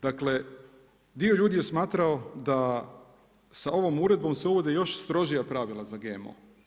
Dakle, dio ljudi je smatrao da sa ovom uredbom se uvodi još stroža pravila za GMO.